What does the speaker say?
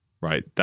right